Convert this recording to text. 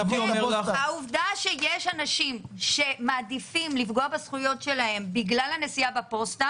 העובדה שיש אנשים שמעדיפים לפגוע בזכויות שלהם בגלל הנסיעה בפוסטה